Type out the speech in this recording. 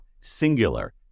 singular